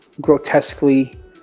grotesquely